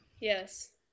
Yes